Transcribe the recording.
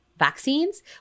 vaccines